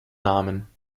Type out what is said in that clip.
namen